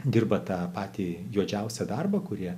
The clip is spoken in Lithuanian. dirba tą patį juodžiausią darbą kurie